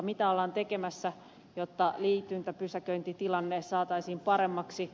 mitä ollaan tekemässä jotta liityntäpysäköintitilanne saataisiin paremmaksi